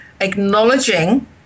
acknowledging